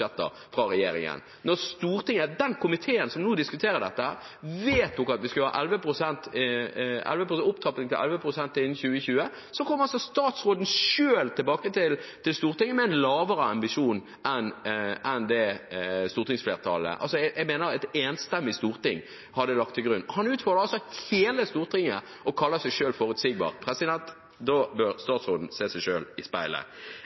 fra regjeringen. Stortinget – den komiteen som nå diskuterer dette – vedtok at vi skulle ha opptrapping til 11 pst. innen 2020, og så kommer altså statsråden selv tilbake til Stortinget med en lavere ambisjon enn det et enstemmig storting hadde lagt til grunn. Han utfordrer altså hele Stortinget og kaller seg selv forutsigbar. Da bør statsråden se seg selv i speilet.